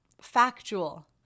factual